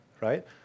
Right